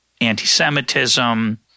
anti-Semitism